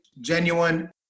genuine